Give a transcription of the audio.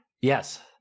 Yes